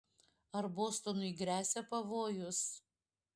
ar bostonui gresia pavojus